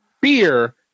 beer